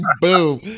boom